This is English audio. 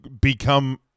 become